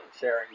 sharing